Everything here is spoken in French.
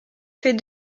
fait